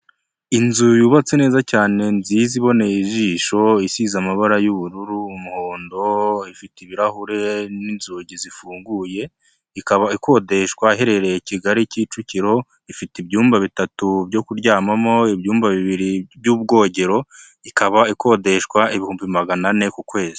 Inzu yubatse neza cyane nziza iboneye ijisho isize amabara y'ubururu umuhondo ifite ibirahure n'inzugi zifunguye, ikaba ikodeshwa aherereye i Kigali Kicukiro ifite ibyumba bitatu byo kuryamamo, ibyumba bibiri by'ubwogero, ikaba ikodeshwa ibihumbi maganane ku kwezi.